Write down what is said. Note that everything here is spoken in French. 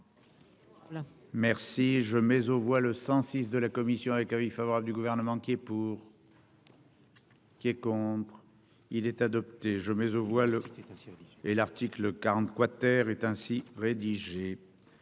Merci je mais on voit le 106 de la commission avec accueil favorable du gouvernement qui est pour. Qui est contre. Il est adopté, je mets aux voix le et l'article 40 quater est ainsi rédigé